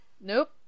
nope